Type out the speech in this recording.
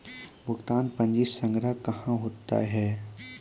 भुगतान पंजी संग्रह कहां होता हैं?